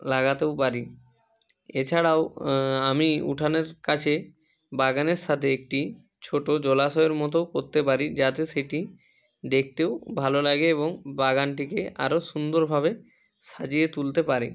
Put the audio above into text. লাগাতেও পারি এছাড়াও আমি উঠানের কাছে বাগানের সাতে একটি ছোটো জলাশয়ের মতোও করতে পারি যাতে সেটি দেখতেও ভালো লাগে এবং বাগানটিকে আরও সুন্দরভাবে সাজিয়ে তুলতে পারে